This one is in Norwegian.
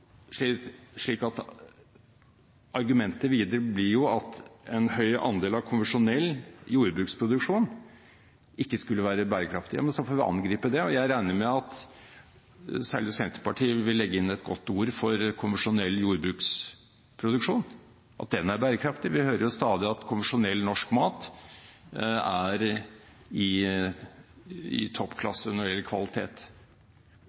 slik at argumentet videre blir at en høy andel av konvensjonell jordbruksproduksjon ikke skulle være bærekraftig. Ja, men så får vi angripe det, og jeg regner med at særlig Senterpartiet vil legge inn et godt ord for konvensjonell jordbruksproduksjon, at den er bærekraftig. Vi hører jo stadig at konvensjonell norsk mat er i